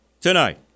tonight